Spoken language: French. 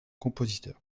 compositeur